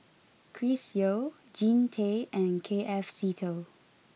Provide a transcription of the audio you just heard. Chris Yeo Jean Tay and K F Seetoh